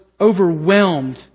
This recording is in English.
overwhelmed